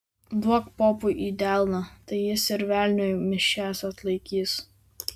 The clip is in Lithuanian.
duok popui į delną tai jis ir velniui mišias atlaikys